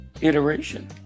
iteration